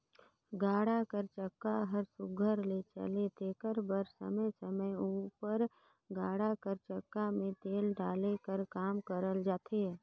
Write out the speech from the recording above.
गाड़ा कर चक्का हर सुग्घर ले चले तेकर बर समे समे उपर गाड़ा कर चक्का मे तेल डाले कर काम करल जाथे